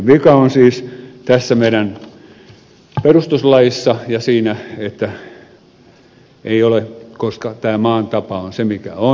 vika on siis tässä meidän perustuslaissamme ja siinä että tämä maan tapa on se mikä on